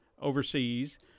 overseas